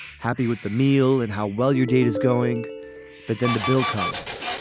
happy with the meal and how well your date is going but then the bill comes.